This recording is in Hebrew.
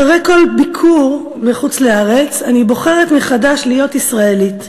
אחרי כל ביקור בחוץ-לארץ אני בוחרת מחדש להיות ישראלית,